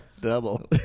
Double